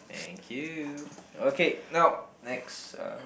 thank you okay now next uh